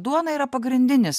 duona yra pagrindinis